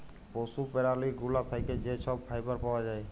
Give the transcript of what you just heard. পশু প্যারালি গুলা থ্যাকে যে ছব ফাইবার পাউয়া যায়